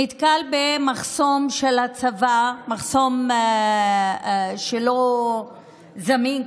הוא נתקל במחסום של הצבא, מחסום לא זמין,